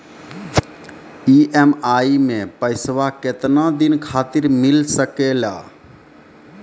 EMI मैं पैसवा केतना दिन खातिर मिल सके ला?